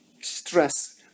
stress